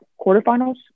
quarterfinals